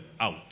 out